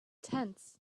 tense